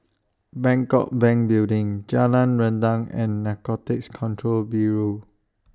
Bangkok Bank Building Jalan Rendang and Narcotics Control Bureau